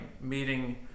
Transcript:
meeting